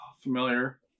Familiar